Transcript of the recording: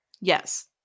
Yes